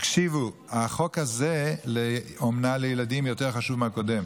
הקשיבו, החוק הזה לאומנה לילדים יותר חשוב מהקודם,